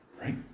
Right